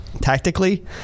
tactically